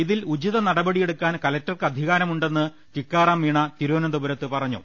ഇതിൽ ഉചിത നടപടിയെടുക്കാൻ കലക്ടർക്ക് അധികാരമുണ്ടെന്ന് ടിക്കാറാംമീണ തിരുവനന്തപുരത്ത് പറഞ്ഞു